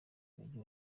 mujyi